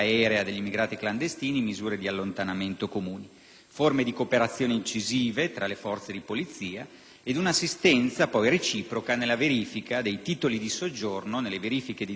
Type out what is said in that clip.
forme di cooperazione incisive tra le forze di polizia e per un'assistenza reciproca nella verifica dei titoli di soggiorno, nelle verifiche di identità, in quelle riguardanti i luoghi di soggiorno e di residenza